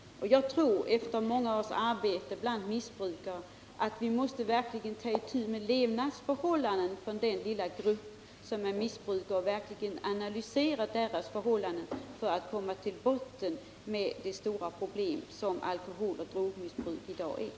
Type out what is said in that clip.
Efter många års arbete bland missbrukare tror jag att vi verkligen måste ta itu med levnadsförhållandena för den lilla grupp som är missbrukare och analysera dem för att komma till bottnen av det stora problem som alkoholoch drogmissbruk i dag är.